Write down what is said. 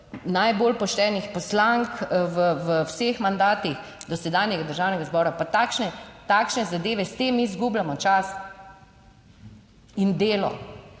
najbolj poštenih poslank v vseh mandatih dosedanjega Državnega zbora, pa takšne zadeve, s tem izgubljamo čas in delo.